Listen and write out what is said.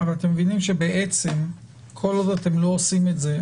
אבל אתם מבינים שבעצם כל עוד אתם לא עושים את זה,